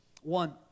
One